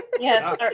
yes